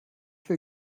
viel